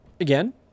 Again